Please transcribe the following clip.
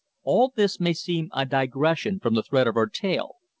all this may seem a digression from the thread of our tale,